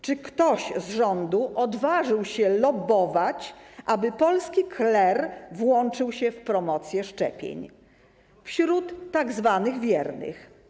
Czy ktoś z rządu odważył się lobbować, aby polski kler włączył się w promocję szczepień wśród tzw. wiernych?